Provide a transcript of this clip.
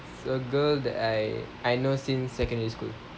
is a girl that I I know since secondary school